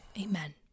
amen